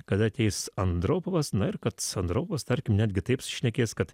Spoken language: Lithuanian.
kada ateis andropovas na ir kad andropovas tarkim netgi taip šnekės kad